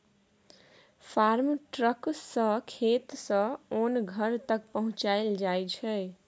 farm truck सँ खेत सँ ओन घर तक पहुँचाएल जाइ छै